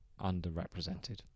underrepresented